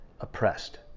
oppressed